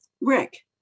Rick